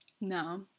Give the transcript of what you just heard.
No